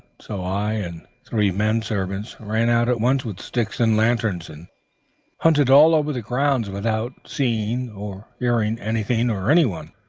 so i and three menservants ran out at once with sticks and lanterns, and hunted all over the grounds without seeing or hearing anything or anyone.